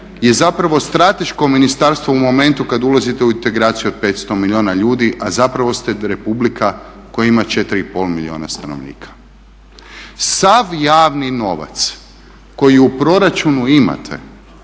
je zapravo strateško ministarstvo u momentu kada ulazite u integraciju od 500 milijuna ljudi a zapravo ste Republika koja ima 4,5 milijuna stanovnika. Sav javni novac koji u proračunu imate